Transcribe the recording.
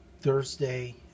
Thursday